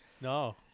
No